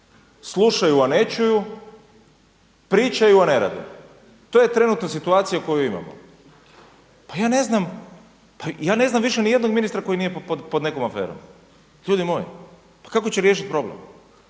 slušaju a ne čuju, pričaju a ne rade. To je trenutno situacija koju imamo. Pa ja ne znam, pa ja ne znam više niti jednog ministra koji nije pod nekom aferom. Ljudi moji pa kako će riješiti problem?